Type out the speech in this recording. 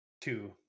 two